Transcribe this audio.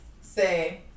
say